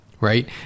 right